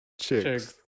chicks